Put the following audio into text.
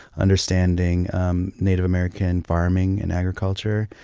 understanding um native american farming and agriculture,